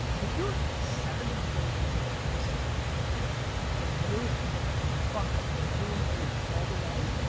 if you're seventy four years old listening right now and you're a fuck up through and through, all the way,